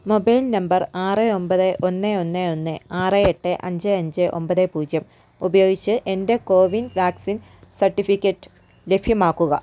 mobile number ആറ് ഒമ്പത് ഒന്ന് ഒന്ന് ഒന്ന് ആറ് എട്ട് അഞ്ച് അഞ്ച് ഒമ്പത് പൂജ്യം ഉപയോഗിച്ച് എൻ്റെ കോവിൻ വാക്സിൻ സർട്ടിഫിക്കറ്റ് ലഭ്യമാക്കുക